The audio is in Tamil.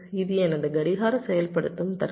இது எனது கடிகார செயல்படுத்தும் தர்க்கம்